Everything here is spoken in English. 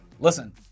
Listen